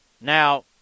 Now